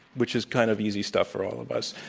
which is kind of easy stuff for all of us.